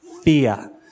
Fear